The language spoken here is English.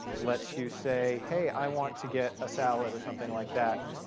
lets you say, hey, i want to get a salad, or something like that.